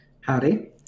Howdy